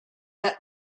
that